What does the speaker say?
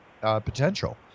potential